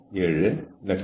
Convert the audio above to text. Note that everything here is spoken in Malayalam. എന്റെ പേര് ആരാധന മാലിക്